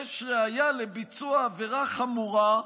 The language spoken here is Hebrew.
לשמש ראיה לביצוע עבירה חמורה,